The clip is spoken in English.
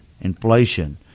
inflation